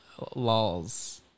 lols